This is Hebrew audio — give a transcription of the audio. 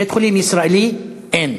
בית-חולים ישראלי אין.